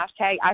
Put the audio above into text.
hashtag